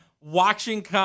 watching